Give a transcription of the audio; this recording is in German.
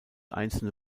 einzelne